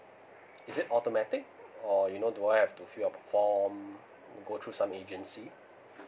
is it automatic or you know do I have to fill up the form go through some agency